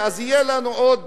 אז יהיה לנו עוד